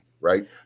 right